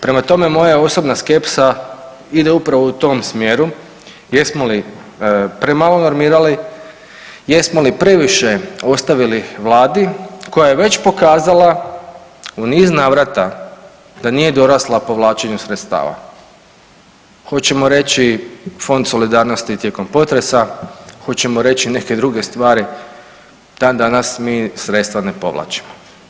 Prema tome, moja osobna skepsa ide upravo u tom smjeru jesmo li premalo normirali, jesmo li previše ostavili vladi koja je već pokazala u niz navrata da nije dorasla povlačenju sredstava, hoćemo reći Fond solidarnosti tijekom potresa, hoćemo reći neke druge stvari i dan danas mi sredstva ne povlačimo.